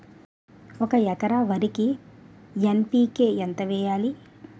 ఒక ఎకర వరికి ఎన్.పి కే ఎంత వేయాలి?